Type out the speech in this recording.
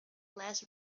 less